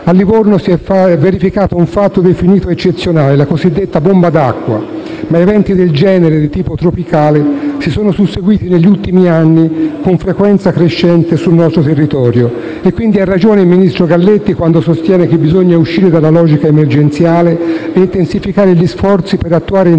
A Livorno si è verificato un fatto definito eccezionale, la cosiddetta bomba d'acqua, ma eventi del genere, di tipo tropicale, si sono susseguiti negli ultimi anni con frequenza crescente sul nostro territorio. Ha ragione, quindi, il ministro Galletti quando sostiene che bisogna uscire dalla logica emergenziale e intensificare gli sforzi per attuare in